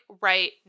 right